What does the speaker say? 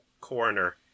coroner